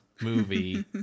movie